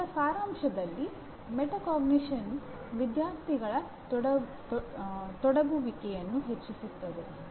ಈಗ ಸಾರಾಂಶದಲ್ಲಿ ಮೆಟಾಕಾಗ್ನಿಷನ್ ವಿದ್ಯಾರ್ಥಿಗಳ ತೊಡಗುವಿಕೆಯನ್ನು ಹೆಚ್ಚಿಸುತ್ತದೆ